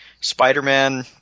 Spider-Man